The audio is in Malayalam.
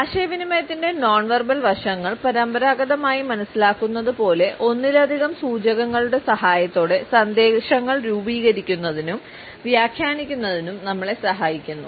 ആശയവിനിമയത്തിന്റെ നോൺ വെർബൽ വശങ്ങൾ പരമ്പരാഗതമായി മനസ്സിലാക്കുന്നതുപോലെ ഒന്നിലധികം സൂചകങ്ങളുടെ സഹായത്തോടെ സന്ദേശങ്ങൾ രൂപീകരിക്കുന്നതിനും വ്യാഖ്യാനിക്കുന്നതിനും നമ്മളെ സഹായിക്കുന്നു